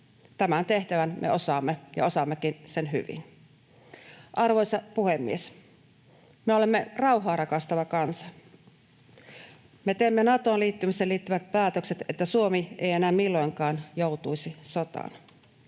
Tämän tehtävän me osaamme, ja osaammekin sen hyvin. Arvoisa puhemies! Me olemme rauhaa rakastava kansa. Me teemme Natoon liittymiseen liittyvät päätökset, jotta Suomi ei enää milloinkaan joutuisi sotaan.